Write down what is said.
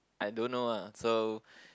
I don't know ah so